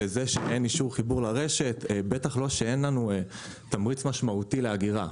לזה שאין אישור חיבור לרשת; בטח לא כשאין לנו תמריץ משמעותי לאגירה.